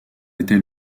était